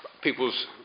people's